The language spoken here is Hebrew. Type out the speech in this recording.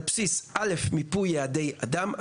על בסיס: מיפוי יעדי אדם: